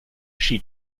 she